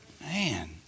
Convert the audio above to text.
Man